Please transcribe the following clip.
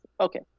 Okay